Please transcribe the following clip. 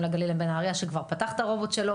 לגליל בנהריה שכבר פתח את הרובוט שלו.